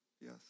yes